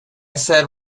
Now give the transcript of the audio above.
said